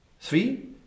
Three